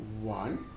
One